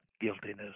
guiltiness